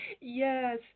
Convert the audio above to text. Yes